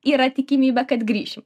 yra tikimybė kad grįšim